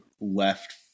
left